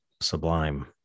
sublime